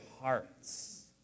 hearts